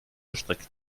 erstreckt